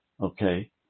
okay